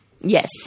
Yes